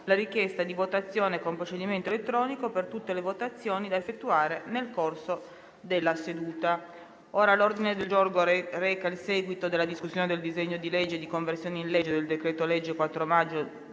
la richiesta di votazione con procedimento elettronico per tutte le votazioni da effettuare nel corso della seduta.